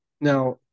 Now